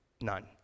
none